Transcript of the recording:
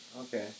Okay